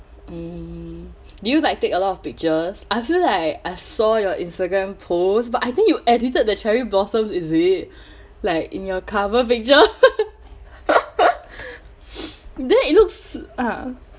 mm do you like take a lot of pictures I feel like I saw your instagram post but I think you edited the cherry blossoms is it like in your cover picture there it looks ah